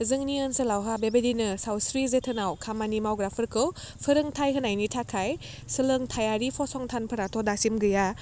जोंनि ओनसोलावहा बेबादिनो सावस्रि जोथोनाव खामानि मावग्राफोरखौ फोरोंथाइ थाखाय सोलोंथाइयारि फसंथानफोराथ' दासिम गैया